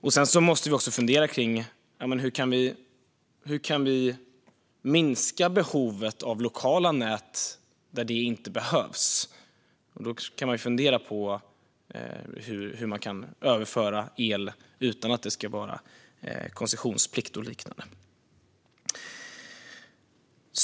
Vi måste också fundera kring hur vi kan minska behovet av lokala nät där de inte behövs och på hur man kan överföra el utan att det ska vara koncessionsplikt och liknande.